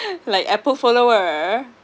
like apple follower